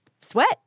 sweat